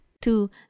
two